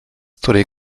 której